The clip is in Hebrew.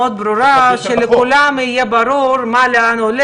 סעיף 32. אני רק מפנה את תשומת הלב שבחוק תכנון ובנייה,